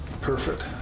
Perfect